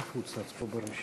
כבוד יושב-ראש